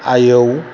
आयौ